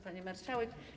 Pani Marszałek!